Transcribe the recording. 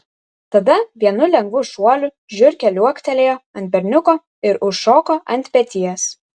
tada vienu lengvu šuoliu žiurkė liuoktelėjo ant berniuko ir užšoko ant peties